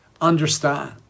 understand